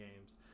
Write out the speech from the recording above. games